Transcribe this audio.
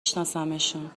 شناسمشون